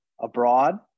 abroad